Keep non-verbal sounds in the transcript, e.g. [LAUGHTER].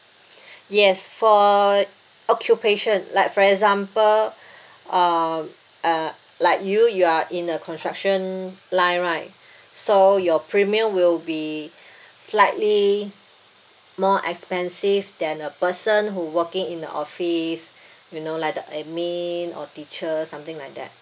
[BREATH] yes for occupation like for example uh uh like you you are in the construction line right so your premium will be slightly more expensive than a person who working in the office you know like the admin or teacher something like that